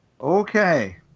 Okay